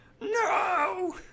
No